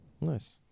Nice